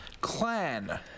Clan